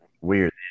weird